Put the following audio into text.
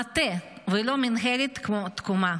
מטה ולא מינהלת כמו תקומה.